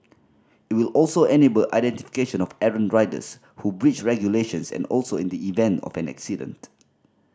it will also enable identification of errant riders who breach regulations and also in the event of an accident